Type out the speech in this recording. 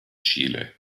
chile